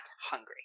hungry